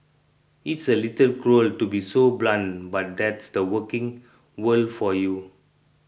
it's a little cruel to be so blunt but that's the working world for you